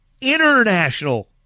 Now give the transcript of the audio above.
international